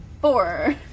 four